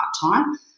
part-time